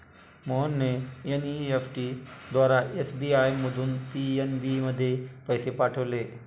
मोहनने एन.ई.एफ.टी द्वारा एस.बी.आय मधून पी.एन.बी मध्ये पैसे पाठवले